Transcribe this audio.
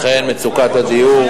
אכן מצוקת הדיור,